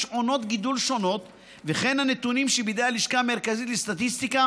עונות גידול שונות והנתונים שבידי הלשכה המרכזית לסטטיסטיקה